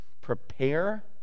Prepare